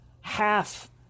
half